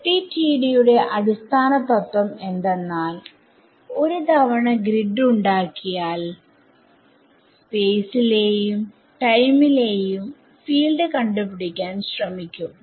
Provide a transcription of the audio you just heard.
FDTD യുടെ അടിസ്ഥാന തത്വം എന്തെന്നാൽഒരു തവണ ഗ്രിഡ് ഉണ്ടാക്കിയാൽ സ്പേസിലെയും ടൈമിലെയും ഫീൽഡ് കണ്ടുപിടിക്കാൻ ശ്രമിക്കും